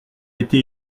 été